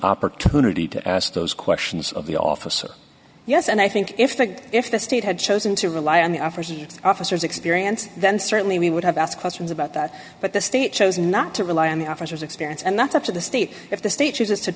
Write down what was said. opportunity to ask those questions of the officer yes and i think if that if the state had chosen to rely on the african officers experience then certainly we would have asked questions about that but the state chose not to rely on the officers experience and that's up to the state if the state chooses to